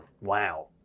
Wow